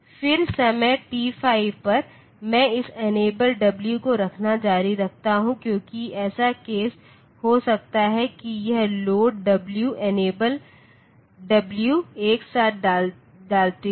फिर समय t5 पर मैं इस इनेबल w को रखना जारी रखता हूं क्योंकि ऐसा केस हो सकता है कि यह लोड w इनेबल w एक साथ डालते हुए